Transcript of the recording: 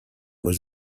was